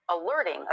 alerting